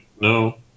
No